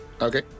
Okay